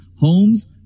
Homes